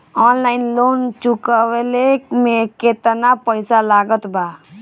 Online loan चुकवले मे केतना पईसा लागत बा?